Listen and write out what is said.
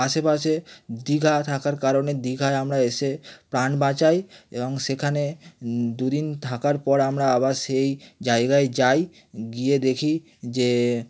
আশেপাশে দীঘা থাকার কারণে দীঘায় আমরা এসে প্রাণ বাঁচাই এবং সেখানে দু দিন থাকার পর আমরা আবার সেই জায়গায় যাই গিয়ে দেখি যে